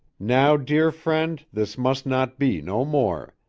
now dere frend this must not be no more.